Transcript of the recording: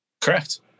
Correct